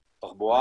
התחבורה.